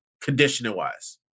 conditioning-wise